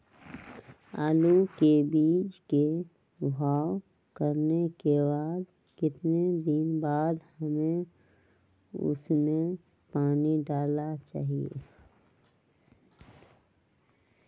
आलू के बीज के भाव करने के बाद कितने दिन बाद हमें उसने पानी डाला चाहिए?